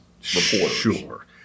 Sure